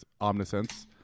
omniscience